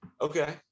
Okay